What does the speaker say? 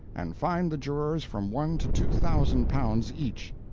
and fined the jurors from one to two thousand pounds each.